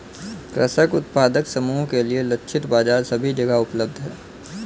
कृषक उत्पादक समूह के लिए लक्षित बाजार सभी जगह उपलब्ध है